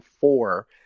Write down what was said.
four